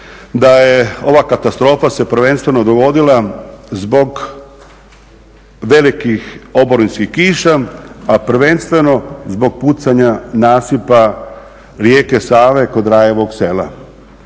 da je ova katastrofa se prvenstveno dogodila zbog velikih oborinskih kiša, a prvenstveno zbog pucanja nasipa rijeke Save kod Rajevog sela.